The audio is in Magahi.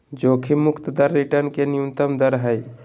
जोखिम मुक्त दर रिटर्न के न्यूनतम दर हइ